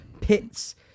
pits